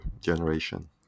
generation